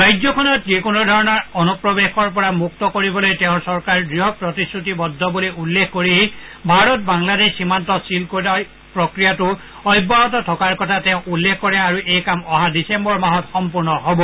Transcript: ৰাজ্যখনক যিকোনোধৰমণৰ অনুপ্ৰেৱশৰ পৰা মুক্ত কৰিবলৈ তেওঁৰ চৰকাৰ দৃঢ় প্ৰতিশ্ৰতিবদ্ধ বুলি উল্লেখ কৰি ভাৰত বাংলাদেশ সীমান্ত চীল কৰা প্ৰক্ৰিয়াটো অব্যাহত থকাৰ কথা উল্লেখ কৰে আৰু এই কাম অহা ডিচেম্বৰ মাহতে সম্পূৰ্ণ হব